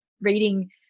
reading